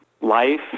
life